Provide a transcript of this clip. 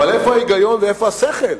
אבל איפה ההיגיון ואיפה השכל,